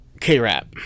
K-rap